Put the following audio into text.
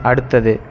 அடுத்தது